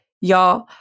Y'all